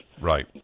Right